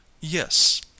Yes